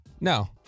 No